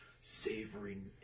savoring